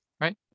right